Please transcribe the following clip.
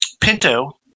pinto